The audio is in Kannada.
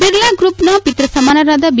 ಬಿರ್ಲಾ ಗ್ರೂಪ್ನ ಪಿತ್ವಸಮಾನರಾದ ಬಿ